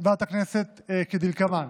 ועדת הכנסת כדלקמן: